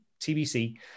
TBC